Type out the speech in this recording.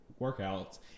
workouts